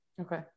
Okay